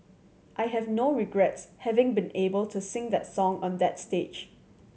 I have no regrets having been able to sing that song on that stage